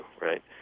Right